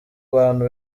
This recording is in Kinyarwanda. bantu